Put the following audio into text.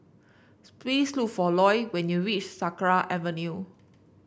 please look for Ilo when you reach Sakra Avenue